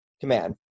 command